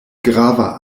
grava